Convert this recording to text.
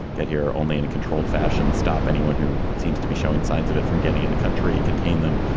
get here only in a controlled fashion. stop anyone who seems to be showing signs of it from getting in the country, contain them,